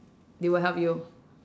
they will help you